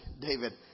David